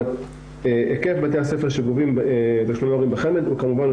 אבל היקף בתי הספר שגובים תשלומי הורים בחמ"ד הוא יותר